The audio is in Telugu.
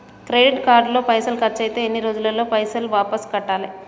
క్రెడిట్ కార్డు లో పైసల్ ఖర్చయితే ఎన్ని రోజులల్ల పైసల్ వాపస్ కట్టాలే?